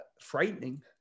frightening